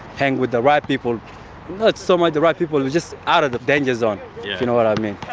hang with the right people, not so much the right people, just out of the danger zone, if you know what i mean.